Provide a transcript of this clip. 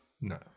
no